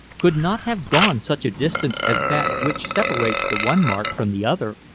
could not have gone such a distance as that which separates the one mark from the other.